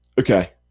okay